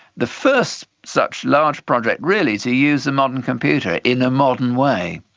the first such large project really to use a modern computer in a modern way.